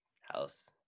House